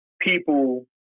people